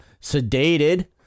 sedated